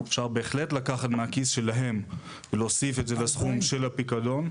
אפשר בהחלט לקחת מהכיס שלהם ולהוסיף את זה לסכום של הפיקדון.